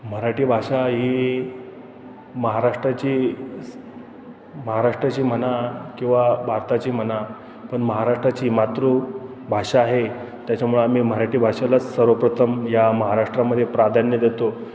मराठी भाषा ही महाराष्ट्राची महाराष्ट्राची म्हणा किंवा भारताची म्हणा पण महाराष्ट्राची मातृभाषा आहे त्याच्यामुळं आम्ही मराठी भाषेलाच सर्वप्रथम या महाराष्ट्रामध्ये प्राधान्य देतो